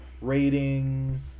rating